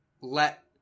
let